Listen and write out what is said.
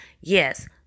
yes